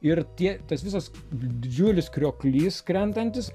ir tie tas visas didžiulis krioklys krentantis